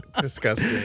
disgusting